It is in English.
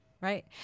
Right